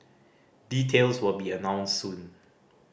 details will be announced soon